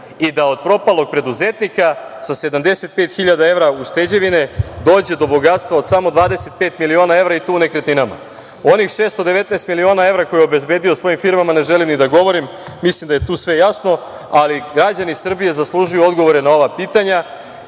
i da od propalog preduzetnika sa 75 hiljada evra ušteđevine dođe do bogatstva od 25 miliona evra, i to u nekretninama. Onih 619 miliona evra koje je obezbedio svojim firmama ne želim ni da govorim, mislim da je tu sve jasno, ali građani Srbije zaslužuju odgovore na ova pitanja